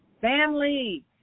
family